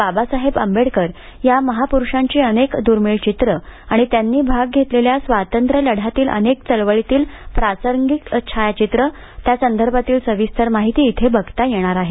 बाबासाहेब आंबेडकर या महापुरुषांची अनेक दुर्मीळ चित्र आणि त्यांनी भाग घेतलेल्या स्वातंत्र्यलढ्यातील अनेक चळवळींतील प्रासंगिक छायाचित्र आणि त्या संदर्भातील सविस्तर माहिती देखील बघता येणार आहे